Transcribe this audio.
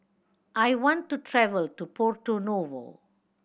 I want to travel to Porto Novo